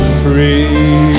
free